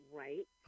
right